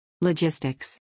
Logistics